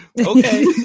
okay